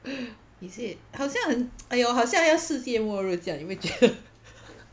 is it 好像很 !aiyo! 好像要世界末日这样你有没有觉得